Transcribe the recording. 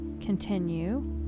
continue